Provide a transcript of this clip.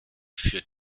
führt